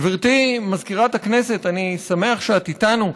גברתי מזכירת הכנסת, אני שמח שאת איתנו.